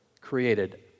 created